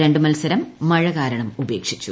രണ്ട് മത്സരം മഴ കാരണം ഉപേക്ഷിച്ചു